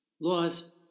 Laws